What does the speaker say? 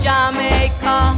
Jamaica